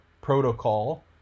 protocol